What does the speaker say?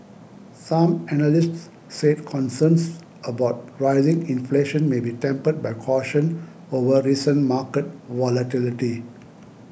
some analysts said concerns about rising inflation may be tempered by caution over recent market volatility